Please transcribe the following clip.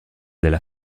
della